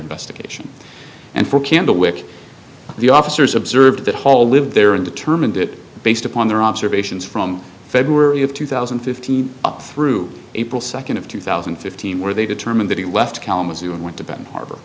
investigation and for candlewick the officers observed that hall lived there and determined it based upon their observations from february of two thousand and fifteen up through april second of two thousand and fifteen where they determined that he left kalamazoo and went to benton harbor